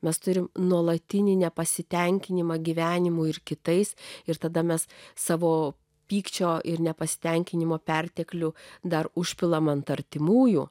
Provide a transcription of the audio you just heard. mes turime nuolatinį nepasitenkinimą gyvenimu ir kitais ir tada mes savo pykčio ir nepasitenkinimo perteklių dar užpilama ant artimųjų